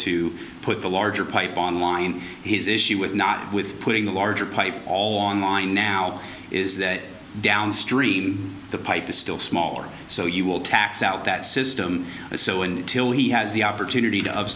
to put the larger pipe on line his issue with not with putting the larger pipe all online now is that downstream the pipe is still smaller so you will tax out that system so until he has the opportunity to